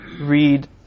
read